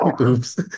Oops